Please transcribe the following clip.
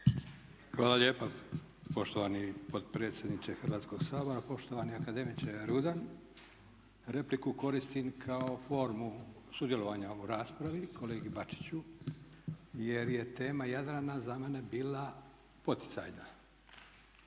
Hvala lijepa poštovani potpredsjedniče Hrvatskoga sabora, poštovani akademiče Rudan. Repliku koristim kao formu sudjelovanja u raspravi kolegi Bačiću jer je tema Jadrana za mene bila poticajna.